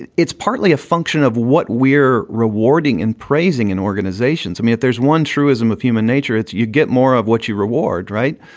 and it's partly a function of what we're rewarding and praising in organizations. i mean, there's one truism of human nature. it's you get more of what you reward, right?